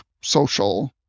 social